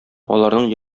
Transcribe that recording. аларның